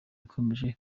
ikomeje